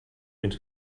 fins